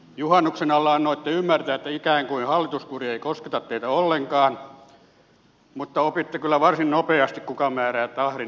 juhannuksen alla annoitte ymmärtää että ikään kuin hallituskuri ei kosketa teitä ollenkaan mutta opitte kyllä varsin nopeasti kuka määrää tahdin